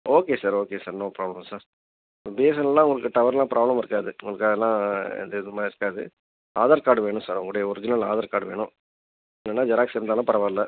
okay sir okay sir no problem sir பிஎஸ்என்எல்லாம் உங்களுக்கு டவர்லாம் ப்ராப்ளம் இருக்காது உங்களுக்கு அதெல்லாம் எந்த இதுவுமே இருக்காது ஆதார் கார்டு வேணும் சார் உங்களுடைய ஒரிஜினல் ஆதார் கார்டு வேணும் இல்லைன்னா ஜெராக்ஸ் இருந்தாலும் பரவாயில்ல